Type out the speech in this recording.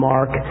Mark